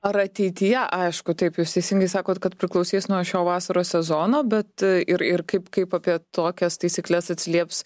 ar ateityje aišku taip jūs teisingai sakot kad priklausys nuo šio vasaros sezono bet ir ir kaip kaip apie tokias taisykles atsilieps